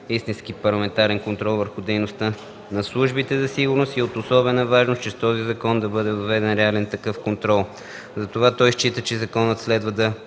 истински парламентарен контрол върху дейността на службите за сигурност и е от особена важност чрез този закон да бъде въведен реален такъв контрол. Затова той счита, че законът следва да